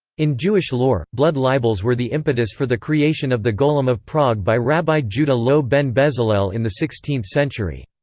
in jewish lore, blood libels were the impetus for the creation of the golem of prague by rabbi judah loew ben bezalel in the sixteenth century.